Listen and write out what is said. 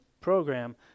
program